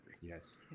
Yes